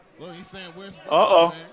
Uh-oh